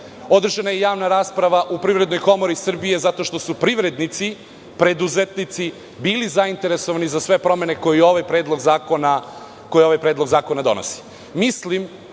Srbija, kao i u Privrednoj komori Srbije zato što su privrednici, preduzetnici, bili zainteresovani za sve promene koje ovaj predlog zakona donosi. Mislim